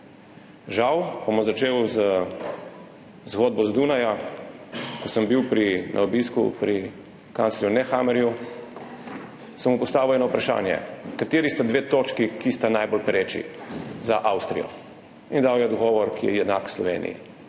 Žal – bom začel z zgodbo z Dunaja – ko sem bil na obisku pri kanclerju Nehammerju, sem mu postavil eno vprašanje: »Kateri sta dve točki, ki sta najbolj pereči za Avstrijo?« In dal je odgovor, ki je enak kot v Sloveniji.